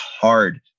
hard